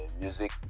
music